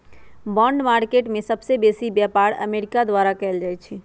bond market में सबसे बेसी व्यापार अमेरिका द्वारा कएल जाइ छइ